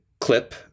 Clip